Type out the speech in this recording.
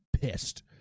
pissed